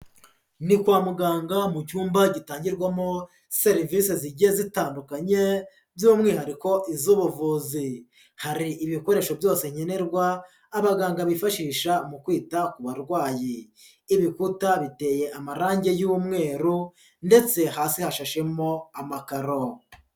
Ni kwa muganga mu cyumba gitangirwamo serivise zigiye zitandukanye by'umwihariko iz'ubuvuzi. Hari ibikoresho byose nkenerwa, abaganga bifashisha mu kwita ku barwayi. Ibiputa biteye amarange y'umweru ndetse hasi hashashemo amakaro.